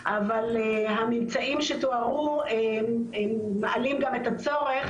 הממצאים שתוארו מעלים גם את הצורך